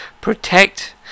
protect